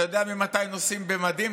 אתה יודע ממתי נוסעים במדים?